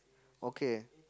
okay